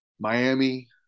Miami